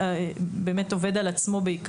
הוא בעיקר עובד על עצמו.